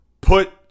put